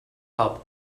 hub